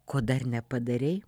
ko dar nepadarei